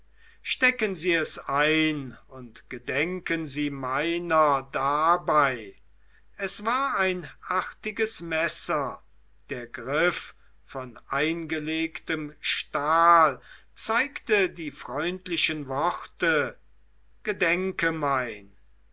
stecken sie es ein und gedenken sie meiner dabei es war ein artiges messer der griff von eingelegtem stahl zeigte die freundlichen worte gedenkt mein